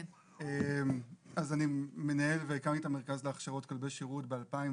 אני מנהל והקמתי את המרכז להכשרות כלבי שירות ב-2016.